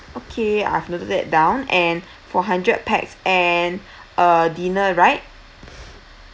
okay I've noted that down and for hundred pax and uh dinner right